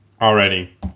Already